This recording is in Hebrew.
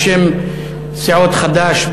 בשם סיעות חד"ש,